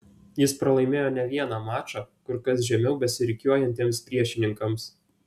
jis pralaimėjo ne vieną mačą kur kas žemiau besirikiuojantiems priešininkams